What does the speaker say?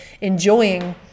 enjoying